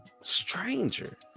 stranger